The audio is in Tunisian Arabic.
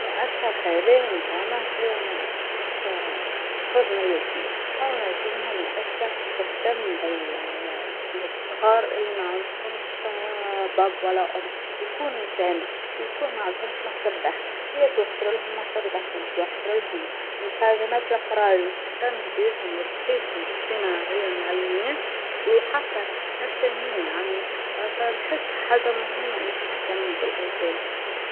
المؤسسة الخيرية اللي ندعمها هي مؤسسة حزم اليتيم، حزن اليتيم هي مؤسسة تهتم بالصغار اللي ما عندهمش آآ بأب ولا أم يكونوا يتامى ويكون ما عندهمش مصدر دخل هي توفر لهم مصدر دخل وتوفر لهم المستلزمات القرايو وتهتم بيهم وتحيطهم إجتماعياً وعلميا وحتى نفسانيا نحسها حاجة مهمة أنك تهتم بالأيتام.